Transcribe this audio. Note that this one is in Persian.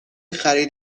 خرید